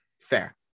fair